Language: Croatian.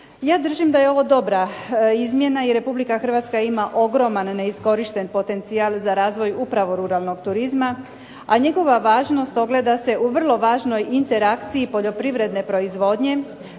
Ja držim da je ovo dobra izmjena, jer Republika Hrvatska ima ogroman neiskorišten potencijal za razvoj upravo ruralnog turizma, a njegova važnost ogleda se u vrlo važnoj interakciji poljoprivredne proizvodnje,